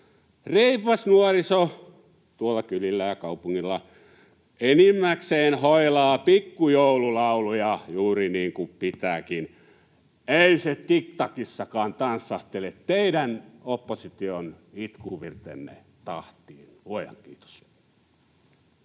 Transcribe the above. Reipas nuoriso tuolla kylillä ja kaupungilla enimmäkseen hoilaa pikkujoululauluja juuri niin kuin pitääkin. Ei se TikTokissakaan tanssahtele teidän — opposition — itkuvirtenne tahtiin, luojan kiitos.